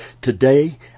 Today